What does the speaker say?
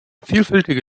vielfältige